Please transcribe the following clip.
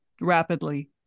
Rapidly